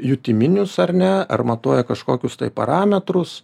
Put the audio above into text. jutiminius ar ne ar matuoja kažkokius tai parametrus